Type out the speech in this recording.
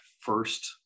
first